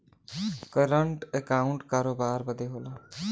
current account करोबार बदे होला